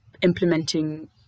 implementing